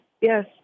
Yes